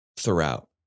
Throughout